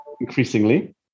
increasingly